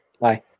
Bye